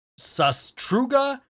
Sastruga